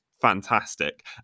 fantastic